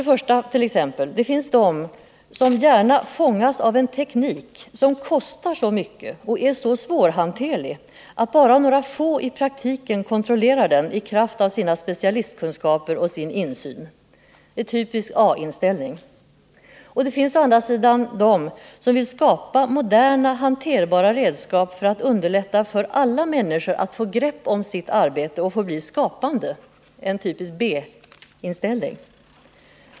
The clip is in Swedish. Det finns på A-sidan de som gärna fångas av en teknik som kostar så mycket och är så svårhanterlig att bara några få i praktiken kontrollerar den i kraft av sina specialistkunskaper och sin insyn. På B-sidan finns de som vill skapa moderna hanterbara redskap för att underlätta för alla att få grepp om sitt arbete och bli skapande. 2.